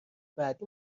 بعدی